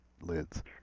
lids